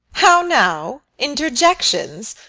how now! interjections?